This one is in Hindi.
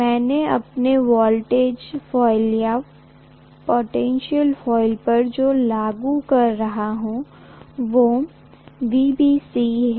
मैं अपने वोल्टेज कॉइल या पोटेनशीयल कॉइल पर जो लागू कर रहा हूं वो VBC है